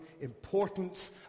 importance